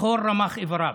בכל רמ"ח אבריו.